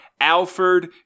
Alfred